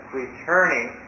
returning